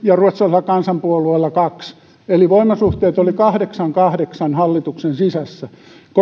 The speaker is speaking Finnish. ja ruotsalaisella kansanpuolueella kaksi eli voimasuhteet olivat kahdeksan viiva kahdeksan hallituksen sisässä